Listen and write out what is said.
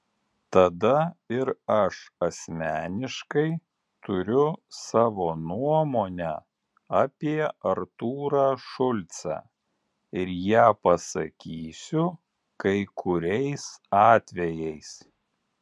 tada ir aš asmeniškai turiu savo nuomonę apie artūrą šulcą ir ją pasakysiu kai kuriais atvejais